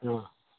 অঁ